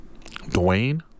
Dwayne